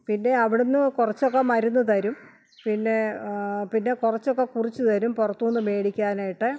പിന്നെ അവിടെ നിന്ന് കുറച്ചൊക്കെ മരുന്നു തരും പിന്നെ പിന്നെ കുറച്ചൊക്കെ കുറിച്ചു തരും പുറത്തു നിന്നു മേടിക്കാനായിട്ട്